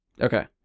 okay